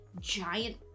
giant